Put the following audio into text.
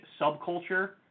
subculture